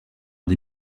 des